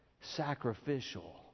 sacrificial